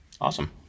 Awesome